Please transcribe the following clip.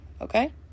Okay